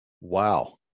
Wow